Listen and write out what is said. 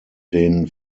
den